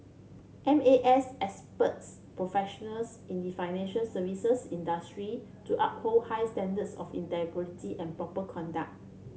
M A S expects professionals in the financial services industry to uphold high standards of integrity and proper conduct